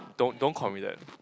don't don't call me that